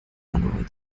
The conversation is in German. manuell